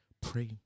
Pray